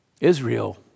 Israel